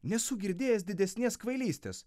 nesu girdėjęs didesnės kvailystės